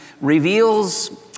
reveals